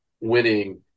winning